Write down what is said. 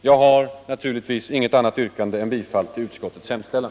Jag har naturligtvis inget annat yrkande än om bifall till utskottets hemställan.